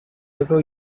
ago